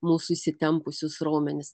mūsų įsitempusius raumenis